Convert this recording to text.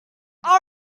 are